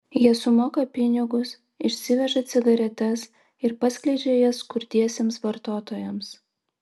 jie sumoka pinigus išsiveža cigaretes ir paskleidžia jas skurdiesiems vartotojams